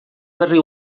berri